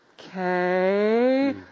okay